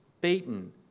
beaten